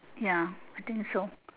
ya I think so